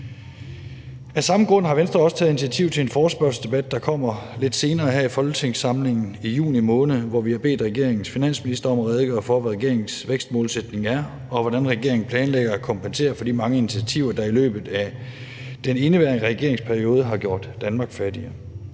Af samme grund har Venstre også taget initiativ til en forespørgselsdebat, der kommer lidt senere i den her folketingssamling, i juni måned, hvor vi har bedt regeringens finansminister om at redegøre for, hvad regeringens vækstmålsætning er, og hvordan regeringen planlægger at kompensere for de mange initiativer, der i løbet af den indeværende regeringsperiode har gjort Danmark fattigere.